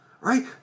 right